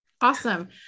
Awesome